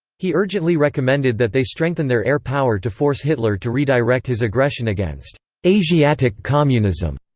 he urgently recommended that they strengthen their air power to force hitler to redirect his aggression against asiatic communism.